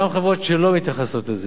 שנשים לא יבטחו אצלה.